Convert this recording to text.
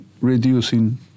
reducing